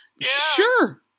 sure